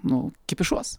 nu kipišuos